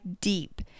deep